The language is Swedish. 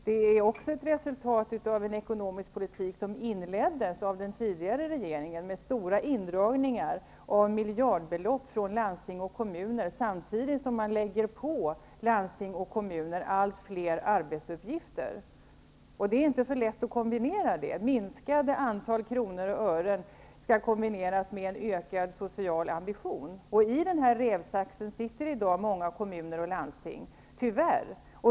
Det är också ett resultat av en ekonomisk politik som inleddes av den tidigare regeringen, med indragningar av miljardbelopp från landsting och kommuner, samtidigt som allt fler arbetsuppgifter läggs på dem. Det är inte så lätt att kombinera ett minskat antal kronor och ören med en ökad social ambition. I denna rävsax sitter i dag många kommuner och landsting, tyvärr.